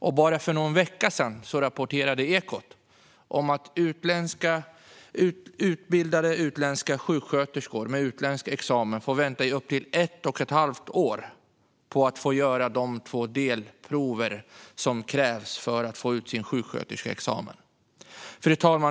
För bara någon vecka sedan rapporterade Ekot om att utbildade utländska sjuksköterskor med utländsk examen får vänta upp till ett och ett halvt år på att få göra de två delprov som krävs för att få ut sin sjuksköterskeexamen. Fru talman!